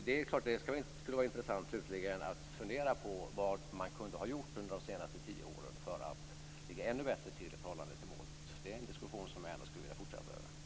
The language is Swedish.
Det är klart att det skulle vara intressant, slutligen, att fundera på vad man kunde ha gjort under de senaste tio åren för att ligga ännu bättre till i förhållande till målet. Det är en diskussion som jag skulle vilja fortsätta vid tillfälle.